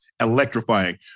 electrifying